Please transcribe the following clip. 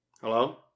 Hello